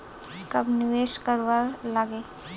कब निवेश करवार लागे?